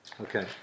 Okay